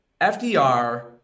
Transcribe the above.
FDR